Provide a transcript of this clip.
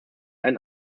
ein